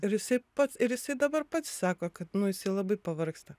ir jisai pats ir jisai dabar pats sako kad nu jisai labai pavargsta